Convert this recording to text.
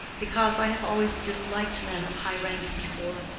because i have always disliked men of high rank before.